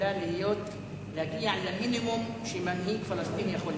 שיכולה להגיע למינימום שמנהיג פלסטיני יכול לקבל?